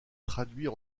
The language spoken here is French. traduits